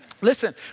Listen